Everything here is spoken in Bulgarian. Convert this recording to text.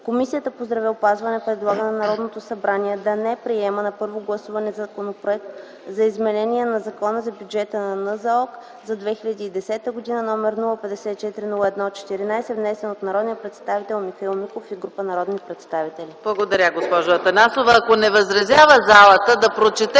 Комисията по здравеопазване предлага на Народното събрание да не приема на първо гласуване Законопроект за изменение на Закона за бюджета на НЗОК за 2010 г., № 054-01-14, внесен от народния представител Михаил Миков и група народни представители.”